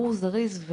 בירור זריז,